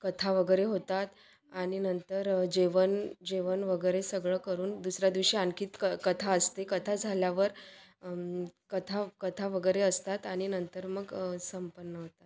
कथा वगैरे होतात आणि नंतर जेवण जेवण वगैरे सगळं करून दुसऱ्या दिवशी आणखी क कथा असते कथा झाल्यावर कथा कथा वगैरे असतात आणि नंतर मग संपन्न होतं